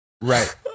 Right